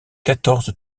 quatorze